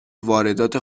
واردات